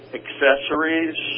accessories